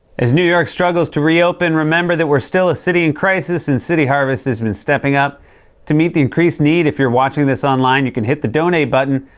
as new york struggles to reopen, remember that we're still a city in crisis, and city harvest has been stepping up to meet the increased need. if you're watching this online, you can hit the donate button.